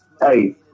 hey